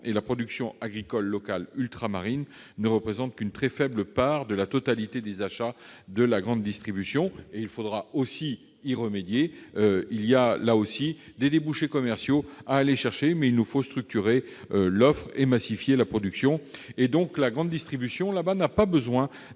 La production agricole locale ultramarine ne représente qu'une très faible part de la totalité des achats de la grande distribution. Il faudra y remédier. Il y a des débouchés commerciaux à aller chercher, mais il nous faut également structurer l'offre et massifier la production. La grande distribution n'a donc pas besoin